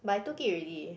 but I took it already